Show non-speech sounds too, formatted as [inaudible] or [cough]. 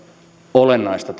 olennaista [unintelligible]